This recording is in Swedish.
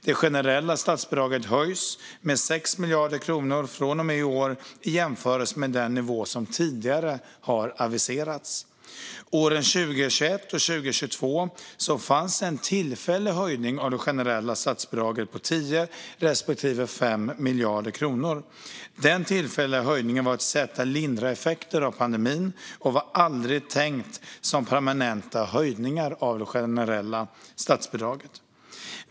Det generella statsbidraget höjs med 6 miljarder kronor från och med i år, i jämförelse med den nivå som tidigare har aviserats. Åren 2021 och 2022 fanns en tillfällig höjning av det generella statsbidraget på 10 respektive 5 miljarder kronor. Den tillfälliga höjningen var ett sätt att lindra effekter av pandemin och var aldrig tänkt som permanent höjning av det generella statsbidraget.